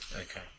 Okay